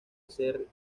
hacer